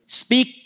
speak